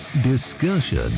discussion